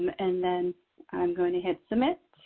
and then i'm going to hit submit,